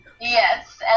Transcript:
Yes